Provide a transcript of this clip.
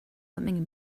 something